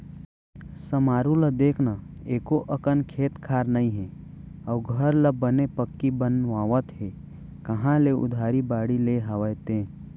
समारू ल देख न एको अकन खेत खार नइ हे अउ घर ल बने पक्की बनवावत हे कांहा ले उधारी बाड़ही ले हवय ते?